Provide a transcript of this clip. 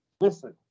Listen